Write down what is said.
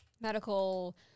medical